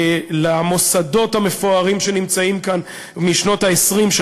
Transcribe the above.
למוסדות המפוארים שנמצאים כאן משנות ה-20 של